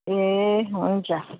ए हुन्छ